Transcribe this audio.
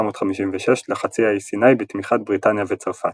לחצי האי סיני בתמיכת בריטניה וצרפת.